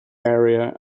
area